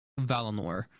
valinor